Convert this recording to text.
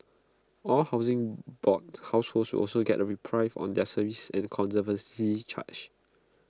all Housing Board households also get A reprieve on their service and conservancy charges